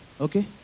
Okay